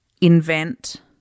invent